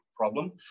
problem